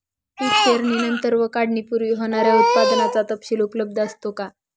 पीक पेरणीनंतर व काढणीपूर्वी होणाऱ्या उत्पादनाचा तपशील उपलब्ध असतो का?